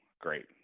Great